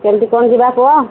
କେମିତି କ'ଣ ଯିବା କୁହ